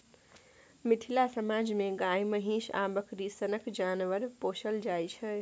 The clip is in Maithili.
मिथिला समाज मे गाए, महीष आ बकरी सनक जानबर पोसल जाइ छै